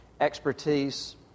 expertise